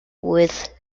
with